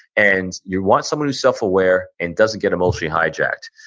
and you want someone who's self-aware, and doesn't get emotionally hijacked,